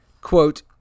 quote